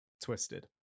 twisted